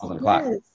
yes